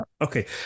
Okay